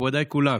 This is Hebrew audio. מכובדיי כולם.